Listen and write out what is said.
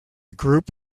group